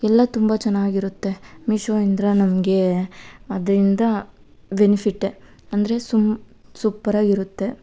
ಎಲ್ಲ ತುಂಬ ಚೆನ್ನಾಗಿ ಇರುತ್ತೆ ಮೀಶೋಯಿಂದ ನಮಗೆ ಅದರಿಂದ ಬೆನಿಫಿಟ್ಟೆ ಅಂದರೆ ಸುಮ್ ಸೂಪ್ಪರಾಗಿ ಇರುತ್ತೆ